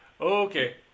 okay